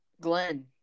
Glenn